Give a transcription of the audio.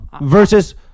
Versus